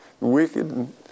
wicked